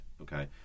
okay